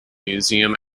museum